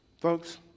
Folks